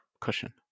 cushion